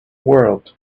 world